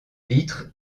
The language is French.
vitres